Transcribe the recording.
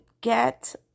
get